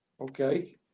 okay